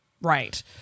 right